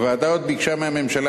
הוועדה עוד ביקשה מהממשלה,